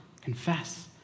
Confess